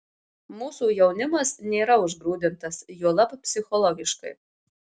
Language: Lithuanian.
mūsų jaunimas nėra užgrūdintas juolab psichologiškai